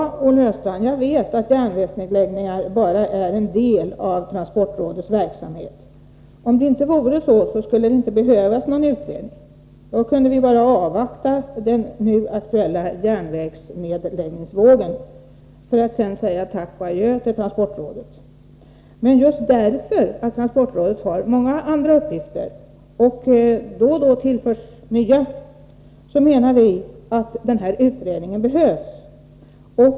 Herr talman! Jag vet, Olle Östrand, att järnvägsnedläggningar bara är en del av transportrådets verksamhet. Om det inte vore så skulle det inte behövas någon utredning, utan då kunde vi bara avvakta den nu aktuella järnvägsnedläggningsvågen, för att sedan säga tack och adjö till transportrådet. Just därför att transportrådet har många andra uppgifter och då och då tillförs nya, menar vi att den här utredningen behövs.